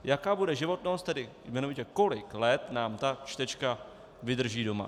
Jaká bude životnost, tedy jmenovitě kolik let nám ta čtečka vydrží doma.